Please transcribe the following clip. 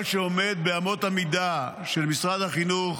אבל שעומד באמות המידה של משרד החינוך,